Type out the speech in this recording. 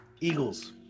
Eagles